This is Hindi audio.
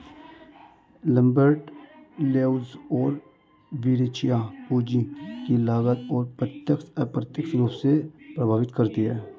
लैम्बर्ट, लेउज़ और वेरेचिया, पूंजी की लागत को प्रत्यक्ष, अप्रत्यक्ष रूप से प्रभावित करती है